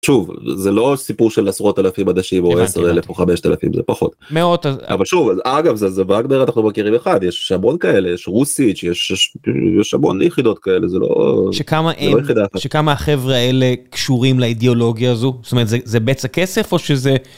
שוב, זה לא סיפור של עשרות אלפים אנשים או עשר אלף או חמשת אלפים, זה פחות. מאות... אבל שוב, אז, אגב, זה ואגנר זה אנחנו מכירים אחד יש המון כאלה יש רוסיץ׳, יש המון יחידות כאלה, זה לא יחידה אחת. שכמה הם? שכמה החברה האלה קשורים לאידיאולוגיה הזו? זאת אומרת, זה בצע כסף? או שזה